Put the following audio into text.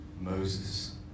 Moses